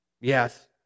Yes